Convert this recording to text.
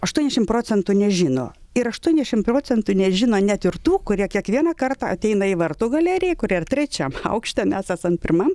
aštuoniašim procentų nežino ir aštuoniašim procentų nežino net ir tų kurie kiekvieną kartą ateina į vartų galerija kuri ir trečiam aukšte mes esam pirmam